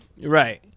Right